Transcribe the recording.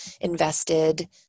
invested